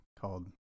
called